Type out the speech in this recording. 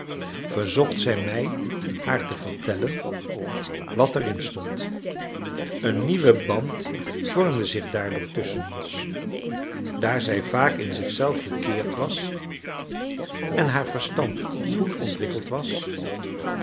verzocht zij mij haar te vertellen wat erin stond een nieuwe band vormde zich daardoor tusschen ons daar zij vaak in zichzelf gekeerd was en haar verstand goed ontwikkeld was